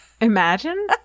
Imagine